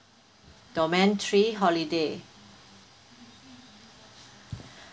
domain three holiday